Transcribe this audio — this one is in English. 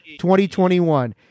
2021